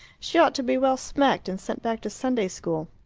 she ought to be well smacked, and sent back to sunday-school.